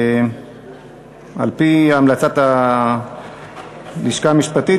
על-פי המלצת הלשכה המשפטית,